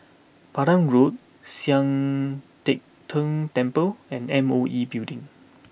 Pandan Road Sian Teck Tng Temple and M O E Building